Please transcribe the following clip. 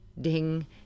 ding